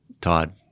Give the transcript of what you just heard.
Todd